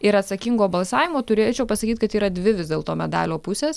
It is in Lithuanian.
ir atsakingo balsavimo turėčiau pasakyt kad yra dvi vis dėlto medalio pusės